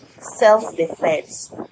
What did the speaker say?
Self-defense